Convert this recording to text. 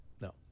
No